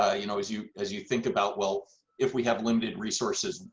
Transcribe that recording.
ah you know as you as you think about, well, if we have limited resources,